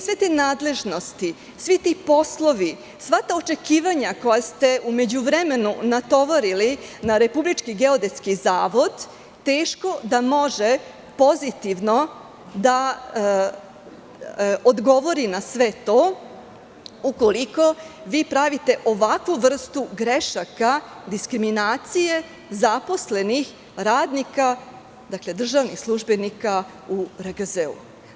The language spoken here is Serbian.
Sve te nadležnosti, svi ti poslovi, sva ta očekivanja koje ste u međuvremenu natovarili na Republički geodetski zavod, teško da može pozitivno da odgovori na sve to, ukoliko pravite ovakvu vrstu grešaka, diskriminacije zaposlenih, radnika, državnih službenika u RGZ.